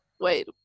Wait